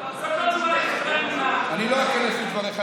אני לא איכנס לדבריך.